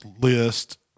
list